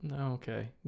Okay